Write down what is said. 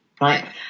right